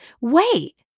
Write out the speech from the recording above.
wait